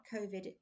COVID